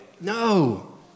No